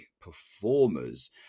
performers